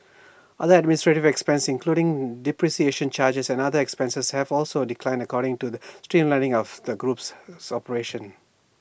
other administrative expenses including depreciation charges and other expenses have also declined accordingly to the streamlining of the group's